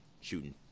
shooting